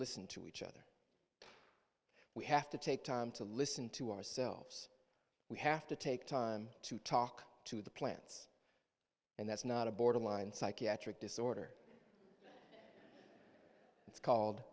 listen to each other we have to take time to listen to ourselves we have to take time to talk to the plants and that's not a borderline psychiatric disorder it's called